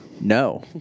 No